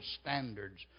standards